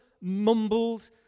mumbled